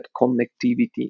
connectivity